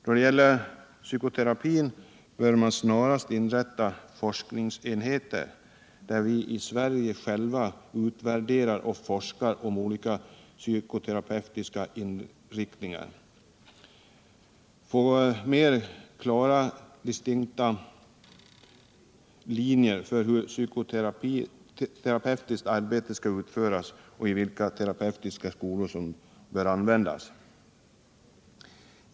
Då det gäller psykoterapin bör man snarast inrätta en forskningsenhet, där vi i Sverige själva utvärderar och forskar om olika psykoterapeutiska inriktningar och får mer klara, distinkta linjer för hur psykoterapeutiskt arbete skall utföras och vilka terapeutiska skolor som bör användas.